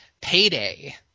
Payday